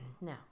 No